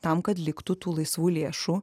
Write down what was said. tam kad liktų tų laisvų lėšų